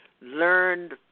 learned